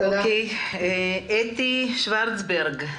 אתי שוורצברג,